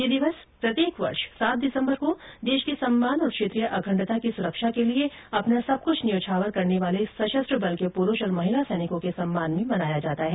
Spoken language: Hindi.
यह दिवस प्रत्येक वर्ष सात दिसम्बर को देश को सम्मान और क्षेत्रीय अखंडता की सुरक्षा के लिए अपना सब कुछ न्यौछावर करने वाले सशस्त्र बल के पुरूष और महिला सैनिकों के सम्मान में ये दिन मनाया जाता है